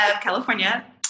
California